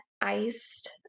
iced